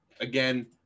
Again